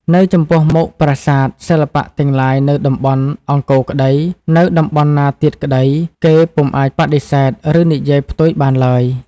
នៅចំពោះមុខ ប្រាសាទ សិល្បៈទាំងឡាយនៅតំបន់អង្គរក្តី នៅតំបន់ណាទៀតក្តី គេពុំអាចបដិសេធ ឬនិយាយផ្ទុយបានឡើយ។